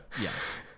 Yes